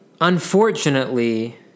Unfortunately